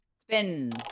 Spin